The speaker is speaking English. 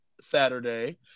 Saturday